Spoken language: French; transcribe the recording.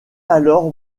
alors